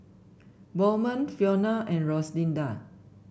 Bowman Fiona and Rosalinda